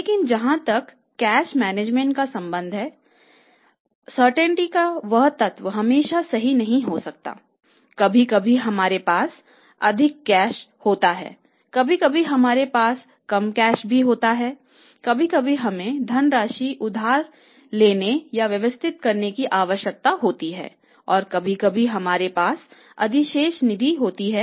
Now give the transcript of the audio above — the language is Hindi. लेकिन जैसा कि कैश मैनेजमेंट हैं